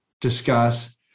discuss